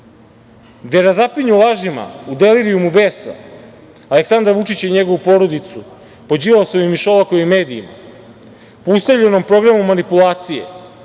gde razapinju lažima u delirijumu besa Aleksandra Vučića i njegovu porodicu po Đilasovim i Šolakovim medijima, po ustaljenom programu manipulacije,